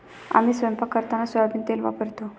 आम्ही स्वयंपाक करताना सोयाबीन तेल वापरतो